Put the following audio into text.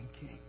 king